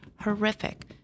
horrific